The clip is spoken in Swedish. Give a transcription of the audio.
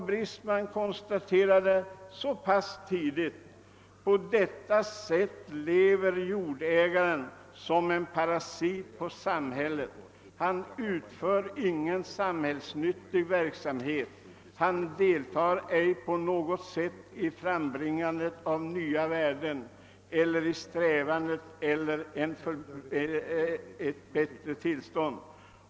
Brisman skriver i fortsättningen: »På detta sätt lever jordägaren som en parasit på samhället; han utför ingen samhällsnyttig verksamhet; han deltar ej på något sätt i frambringandet av nya värden eller i strävandet efter ett bättre tillstånd.